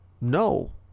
No